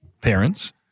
parents